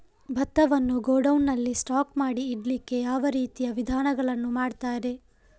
ಭತ್ತವನ್ನು ಗೋಡೌನ್ ನಲ್ಲಿ ಸ್ಟಾಕ್ ಮಾಡಿ ಇಡ್ಲಿಕ್ಕೆ ಯಾವ ರೀತಿಯ ವಿಧಾನಗಳನ್ನು ಮಾಡ್ತಾರೆ?